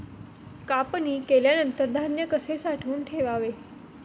कापणी केल्यानंतर धान्य कसे साठवून ठेवावे?